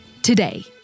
Today